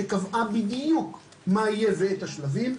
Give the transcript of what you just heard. שקבעה בדיוק מה יהיה ואת השלבים.